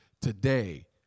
Today